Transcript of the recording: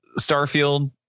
starfield